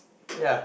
ya